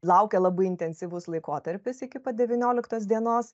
laukia labai intensyvus laikotarpis iki pat devynioliktos dienos